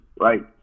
right